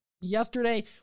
yesterday